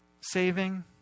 Saving